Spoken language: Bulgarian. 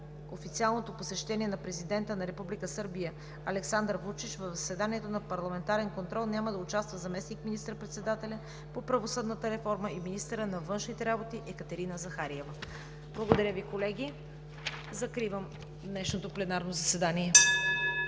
официалното посещение на президента на Република Сърбия Александър Вучич в заседанието за парламентарен контрол няма да участва заместник министър-председателят по правосъдната реформа и министър на външните работи Екатерина Захариева. Закривам днешното пленарно заседание.